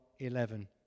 11